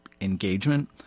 engagement